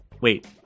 Wait